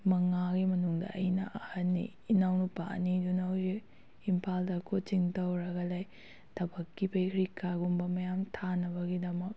ꯃꯉꯥꯒꯤ ꯃꯅꯨꯡꯗ ꯑꯩꯅ ꯑꯍꯟꯅꯤ ꯏꯅꯥꯎꯅꯨꯄꯥ ꯑꯅꯤꯗꯨꯅ ꯍꯣꯖꯤꯛ ꯏꯝꯐꯥꯜꯗ ꯀꯣꯆꯤꯡ ꯇꯧꯔꯒ ꯂꯩ ꯊꯕꯛꯀꯤ ꯄꯔꯤꯈꯥꯒꯨꯝꯕ ꯃꯌꯥꯝ ꯑꯃ ꯊꯥꯅꯕꯒꯤꯗꯃꯛ